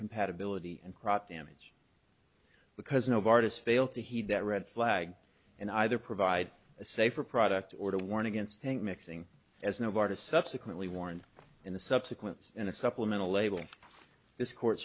compatibility and crop damage because no barges fail to heed that red flag and either provide a safer product or to warn against think mixing as novartis subsequently warned in the subsequent in a supplemental labeling this court